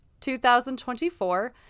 2024